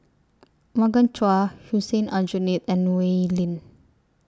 Morgan Chua Hussein Aljunied and Wee Lin